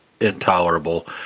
intolerable